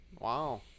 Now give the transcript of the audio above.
Wow